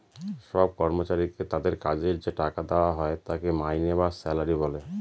সব কর্মচারীকে তাদের কাজের যে টাকা দেওয়া হয় তাকে মাইনে বা স্যালারি বলে